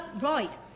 Right